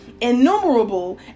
innumerable